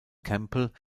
campbell